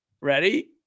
ready